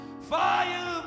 fire